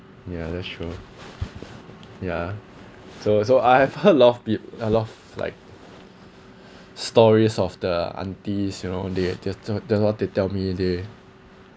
ya that's true ya so so I have heard of a lot of pe~ a lot of like stories of the aunties you know they will just tell they all they tell me they